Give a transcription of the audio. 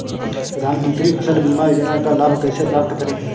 प्रधानमंत्री फसल बीमा योजना का लाभ कैसे प्राप्त करें?